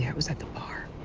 yeah was at the bar.